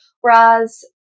Whereas